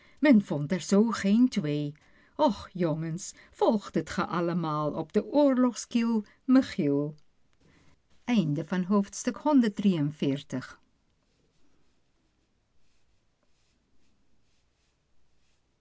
men vond er zoo geen twee och jongens volgdet ge allemaal op de oorlogskiel